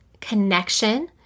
connection